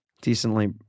decently